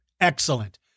excellent